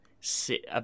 sit